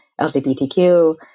LGBTQ